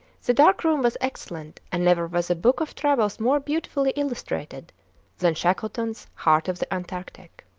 the dark room was excellent, and never was a book of travels more beautifully illustrated than shackleton's heart of the antarctic.